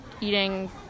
eating